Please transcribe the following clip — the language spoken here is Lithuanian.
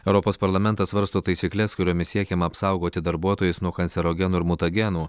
europos parlamentas svarsto taisykles kuriomis siekiama apsaugoti darbuotojus nuo kancerogenų ir mutagenų